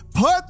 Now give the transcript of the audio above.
put